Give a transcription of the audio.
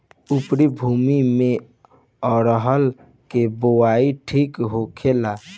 उपरी भूमी में अरहर के बुआई ठीक होखेला?